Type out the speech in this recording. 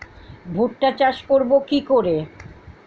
ভুট্টা চাষ করব কি করে?